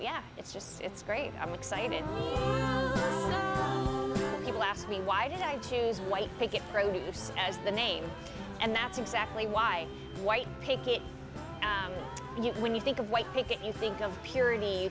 and it's just it's great i'm excited people ask me why did i choose white picket produce as the name and that's exactly why white picket you when you think of white picket you think of purity